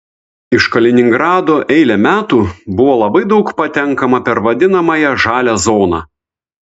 iš kaliningrado eilę metų buvo labai daug patenkama per vadinamąją žalią zoną